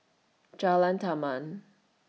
Jalan Taman